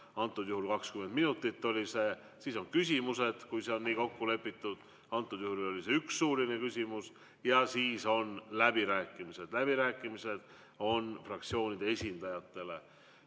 antud juhul oli see 20 minutit, siis on küsimused, kui on nii kokku lepitud, antud juhul oli üks suuline küsimus, ja siis on läbirääkimised. Läbirääkimised on fraktsioonide esindajatele. Nüüd